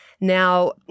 Now